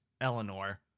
Eleanor